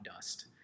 dust